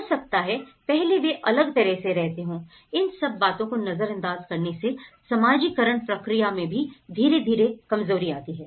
हो सकता है पहले वे अलग तरह से रहते हो इन सब बातों को नजरअंदाज करने से समाजीकरण प्रक्रिया भी धीरे धीरे कमजोरी आती है